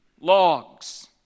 logs